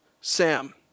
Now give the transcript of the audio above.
Sam